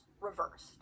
reversed